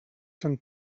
sant